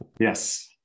Yes